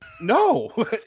no